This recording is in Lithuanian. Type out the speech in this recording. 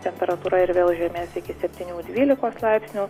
temperatūra ir vėl žemės iki septynių dvylikos laipsnių